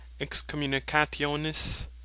Excommunicationis